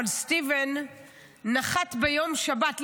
סטיבן נחת ביום שבת,